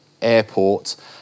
Airport